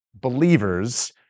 believers